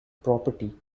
property